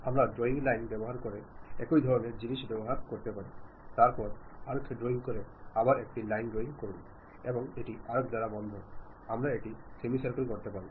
আমরা drawing line ব্যবহার করে একই ধরনের জিনিস ব্যবহার করতে পারি তারপর আর্ক ড্রয়িং করে আবার একটি লাইন ড্রয়িং করুন এবং এটি আর্ক দ্বারা বন্ধ আমরা এটি সেমি সার্কেল করতে পারি